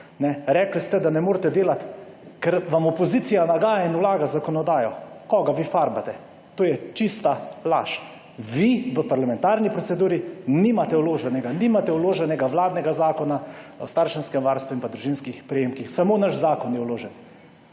Rekli ste, da ne morete delati, ker vam opozicija nagaja in vlaga zakonodajo. Koga vi farbate? To je čista laž. Vi v parlamentarni proceduri nimate vloženega vladnega zakona o starševskem varstvu in družinskih prejemkih. Samo naš zakon je vložen.